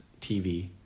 TV